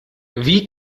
wie